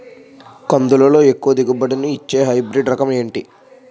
కందుల లో ఎక్కువ దిగుబడి ని ఇచ్చే హైబ్రిడ్ రకం ఏంటి?